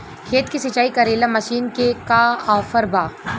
खेत के सिंचाई करेला मशीन के का ऑफर बा?